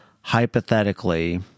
hypothetically